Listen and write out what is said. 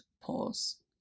pause